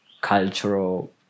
cultural